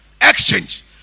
exchange